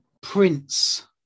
Prince